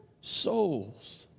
souls